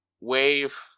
Wave